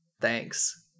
thanks